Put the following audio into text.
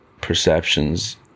perceptions